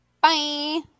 bye